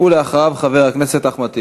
ואחריו, חבר הכנסת אחמד טיבי.